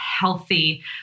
healthy